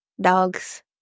dogs